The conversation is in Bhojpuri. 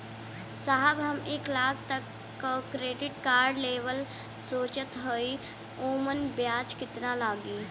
साहब हम एक लाख तक क क्रेडिट कार्ड लेवल सोचत हई ओमन ब्याज कितना लागि?